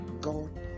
God